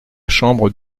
chambre